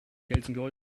gelsenkirchen